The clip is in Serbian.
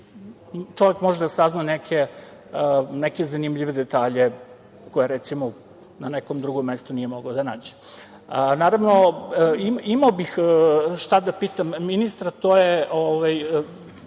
čovek može da sazna neke zanimljive detalje koje, recimo, na nekom drugom mestu nije mogao da nađe. Naravno, imao bih šta da pitam ministra. Meni